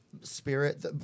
spirit